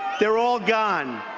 they're all gone.